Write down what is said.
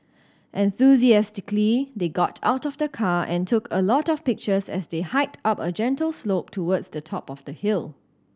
enthusiastically they got out of the car and took a lot of pictures as they hiked up a gentle slope towards the top of the hill